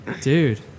Dude